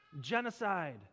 genocide